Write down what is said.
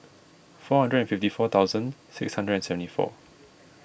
four hundred fifty four thousand six hundred seventy four